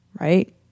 Right